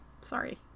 sorry